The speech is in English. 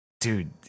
dude